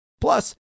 Plus